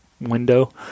window